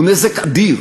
הוא נזק אדיר,